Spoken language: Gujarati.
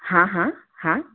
હા હા હા